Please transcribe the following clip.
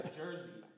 jersey